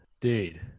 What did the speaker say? dude